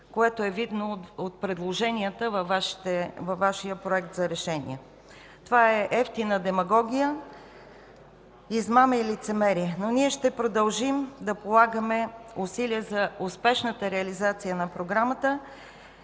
което е видно от предложенията във Вашия Проект за решение. Това е евтина демагогия, измама и лицемерие. Но ние ще продължим да полагаме усилия за успешната реализация на програмата,